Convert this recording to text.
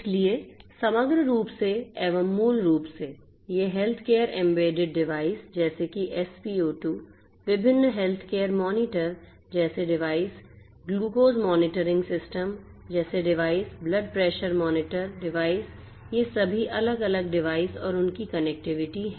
इसलिए समग्र रूप से एवं मूल रूप से ये हेल्थकेयर एम्बेडेड डिवाइस डिवाइस ये सभी अलग अलग डिवाइस और उनकी कनेक्टिविटी हैं